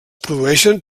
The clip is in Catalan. produeixen